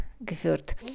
geführt